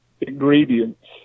ingredients